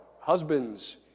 husbands